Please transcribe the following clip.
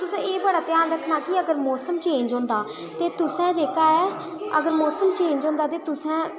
तुसें ऐ बड़ा ध्यान रखना कि जिसलै मौसम चेंज होंदा ते तुसें जेह्का ऐ अगर होंदा तां तुसें